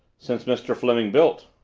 since mr. fleming built.